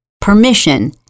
permission